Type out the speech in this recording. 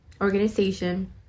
organization